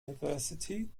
university